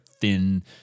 thin